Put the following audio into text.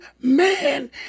man